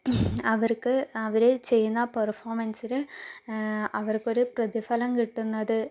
അവർക്ക് അവരെ ചെയ്യുന്ന പെർഫോമൻസിന് അവർക്കൊരു പ്രതിഫലം കിട്ടുന്നത്